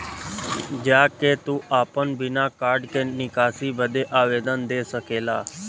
जा के तू आपन बिना कार्ड के निकासी बदे आवेदन दे सकेला